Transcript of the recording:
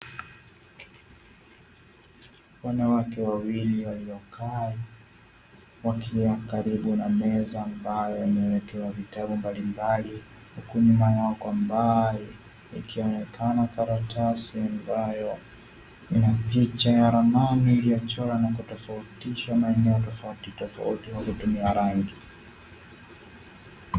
Wanawake wawiki waliokaa wakiwa karibu na meza ambayo imewekewa vitabu mbalimbali, huku nyuma yao kwa mbali ikionekana karatasi ambayo ina picha ya ramani iliyochorwa na kutofautisha maeneo tofauti tofauti kwa kutumia rangi.